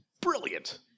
brilliant